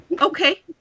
Okay